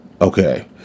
okay